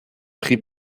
prix